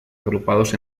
agrupados